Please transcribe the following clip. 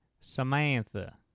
Samantha